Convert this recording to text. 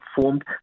formed